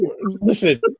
Listen